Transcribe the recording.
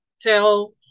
tell